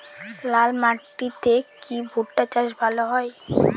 লাল মাটিতে কি ভুট্টা চাষ ভালো হয়?